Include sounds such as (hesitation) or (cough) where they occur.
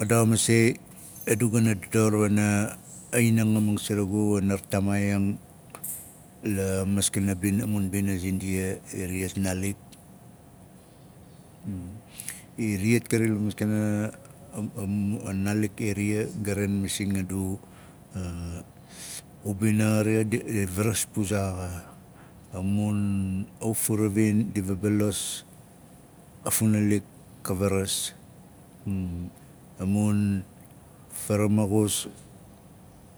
Ka daxa masei a du gana dador wana a inangaming ziragu wana vatamaaiang la maskana bing mun bina zindia iriyat nalik (hesitation) iriyat kari la maskana (hesitation) a naalik eria ga maain masing adu a- ubing xari dit faras puzaa xa a mun (hesitation) auravin ndi vabalas a funalik ka varas (hesitation) a mun fara maxus